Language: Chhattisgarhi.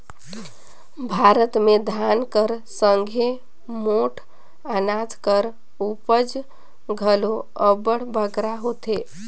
भारत में धान कर संघे मोट अनाज कर उपज घलो अब्बड़ बगरा होथे